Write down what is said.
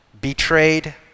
betrayed